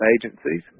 agencies